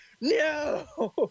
No